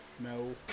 No